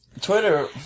Twitter